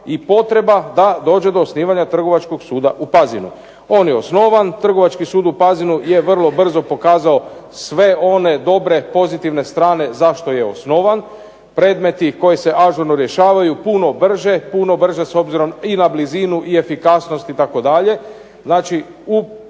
i potreba da dođe do osnivanja Trgovačkog suda u Pazinu. On je osnovan, Trgovački sud u Pazinu je vrlo brzo pokazao sve one dobre pozitivne strane zašto je osnovan, predmeti koji se ažurno rješavaju puno brže, puno brže s obzirom i na blizinu i na efikasnost itd.,